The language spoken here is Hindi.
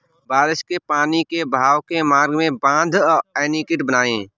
बारिश के पानी के बहाव के मार्ग में बाँध, एनीकट आदि बनाए